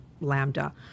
Lambda